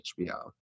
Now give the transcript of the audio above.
HBO